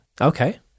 okay